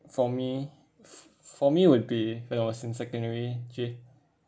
for me for me would be when I was in secondary three